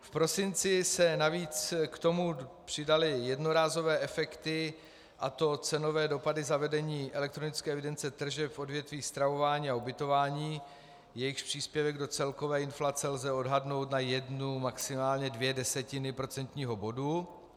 V prosinci se navíc k tomu přidaly jednorázové efekty, a to cenové dopady zavedení elektronické evidence tržeb v odvětví stravování a ubytování, jejichž příspěvek do celkové inflace lze odhadnout na jednu, maximálně dvě desetiny procentního bodu.